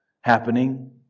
happening